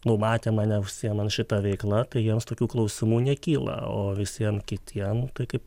nu matė mane užsiemant šita veikla tai jiems tokių klausimų nekyla o visiem kitiem tai kaip